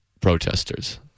protesters